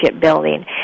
building